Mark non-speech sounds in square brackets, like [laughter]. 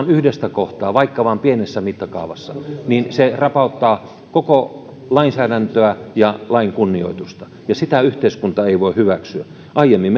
[unintelligible] yhdestä kohtaa vaikka vain pienessä mittakaavassa niin se rapauttaa koko lainsäädäntöä ja lain kunnioitusta ja sitä yhteiskunta ei voi hyväksyä aiemmin [unintelligible]